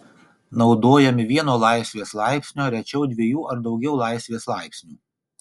naudojami vieno laisvės laipsnio rečiau dviejų ar daugiau laisvės laipsnių